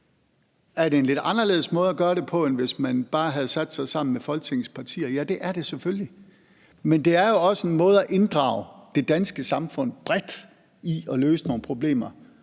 Er det en lidt anderledes måde at gøre det på, end hvis man bare havde sat sig sammen med Folketingets partier? Ja, det er det selvfølgelig, men det er også en måde at inddrage det danske samfund bredt i at løse nogle problemer.